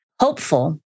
hopeful